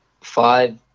Five